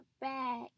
back